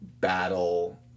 battle